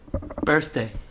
Birthday